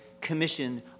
commission